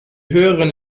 höheren